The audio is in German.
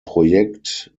projekt